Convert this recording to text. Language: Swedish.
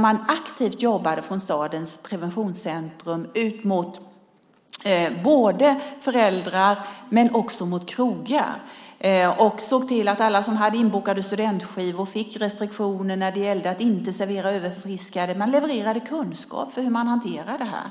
Man jobbade aktivt från stadens preventionscentrum gentemot föräldrar men också gentemot krogar och såg till att alla som hade inbokade studentskivor fick restriktioner när det gällde att servera överförfriskade. Man levererade kunskap om hur man hanterar det här,